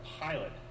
pilot